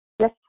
Yes